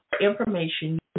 information